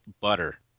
butter